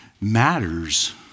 matters